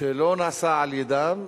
שלא נעשה על-ידם,